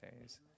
days